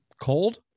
Cold